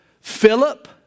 Philip